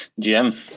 GM